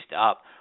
up